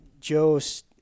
Joe's